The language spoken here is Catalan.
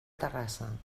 terrassa